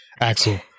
Axel